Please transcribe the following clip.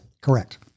Correct